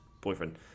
boyfriend